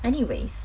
anyways